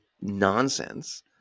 nonsense